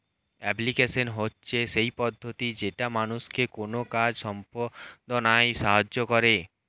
application হচ্ছে সেই পদ্ধতি যেটা মানুষকে কোনো কাজ সম্পদনায় সাহায্য করে